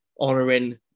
honoring